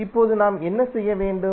இப்போது நாம் என்ன செய்ய வேண்டும்